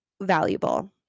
valuable